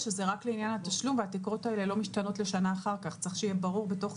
זה בסדר, אני לא אומרת שזה לא טוב לחזור על אותם